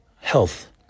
health